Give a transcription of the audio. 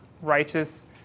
righteous